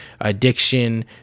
addiction